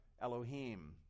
Elohim